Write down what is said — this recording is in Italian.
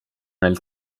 nel